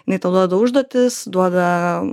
jinai tau duoda užduotis duoda